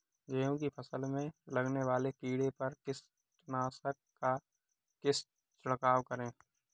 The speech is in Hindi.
गेहूँ की फसल में लगने वाले कीड़े पर किस कीटनाशक का छिड़काव करें?